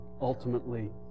ultimately